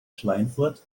schweinfurt